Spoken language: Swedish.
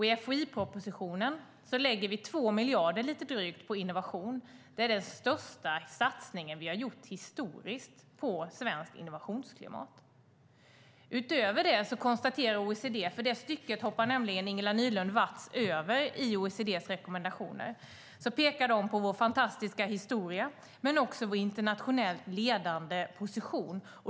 I FoI-propositionen lägger vi lite drygt 2 miljarder på innovation. Det är den största satsningen vi har gjort historiskt på svenskt innovationsklimat. Ingela Nylund Watz hoppar över ett stycke i OECD:s rekommendationer. De pekar på vår fantastiska historia men också på vår internationellt ledande position.